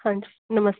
आं जी नमस्ते